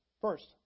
First